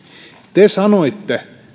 te sanoitte